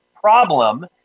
problem